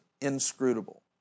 inscrutable